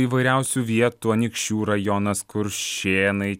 įvairiausių vietų anykščių rajonas kuršėnai